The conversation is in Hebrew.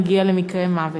מקרי מוות.